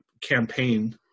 campaign